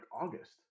August